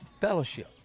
fellowship